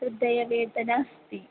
हृदयवेदना अस्ति